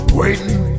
waiting